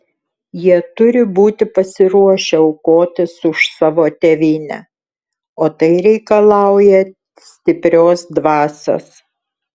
jie turi būti pasiruošę aukotis už savo tėvynę o tai reikalauja stiprios dvasios